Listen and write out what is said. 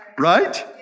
Right